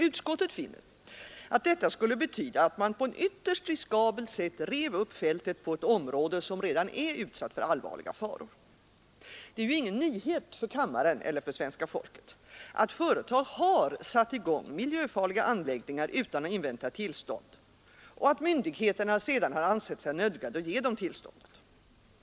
Utskottet finner att detta skulle betyda, att man på ett ytterst riskabelt sätt rev upp fältet på ett område som redan är utsatt för allvarliga faror. Det är ju ingen nyhet för kammaren eller för svenska folket att företag har satt i gång miljöfarliga anläggningar utan att invänta tillstånd och att myndigheterna sedan har ansett sig nödgade att ge dem tillståndet.